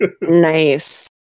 Nice